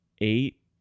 eight